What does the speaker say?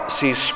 sees